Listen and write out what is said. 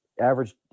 Average